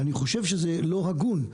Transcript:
אני חושב שזה לא הגון.